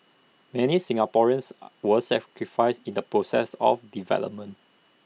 many Singaporeans were sacrificed in the process of development